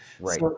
Right